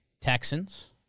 Texans